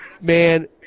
man